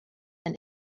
than